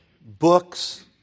books